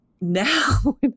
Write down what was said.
now